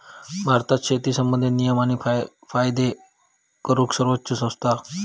भारतात शेती संबंधित नियम आणि कायदे करूक सर्वोच्च संस्था हा